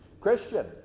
Christian